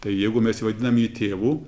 tai jeigu mes vadiname į tėvu